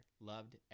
Loved